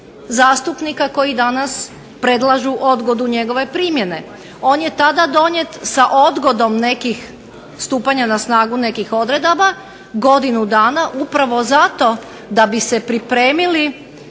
zastupnika koji danas predlažu odgodu njegove primjene. On je tada donijet sa odgodom stupanja na snagu nekih odredaba godinu dana upravo zato da bi se pripremili